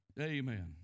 Amen